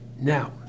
Now